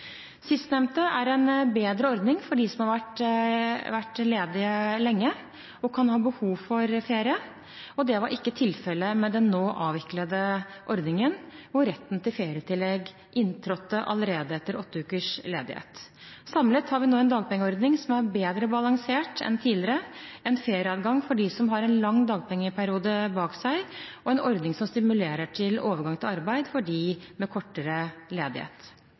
Sistnevnte er en bedre ordning for dem som har vært ledige lenge og kan ha behov for ferie. Det var ikke tilfellet med den nå avviklede ordningen, hvor retten til ferietillegg inntrådte allerede etter åtte ukers ledighet. Samlet har vi nå en dagpengeordning som er bedre balansert enn tidligere, en ferieadgang for dem som har en lang dagpengeperiode bak seg, og en ordning som stimulerer til overgang til arbeid for dem med kortere ledighet.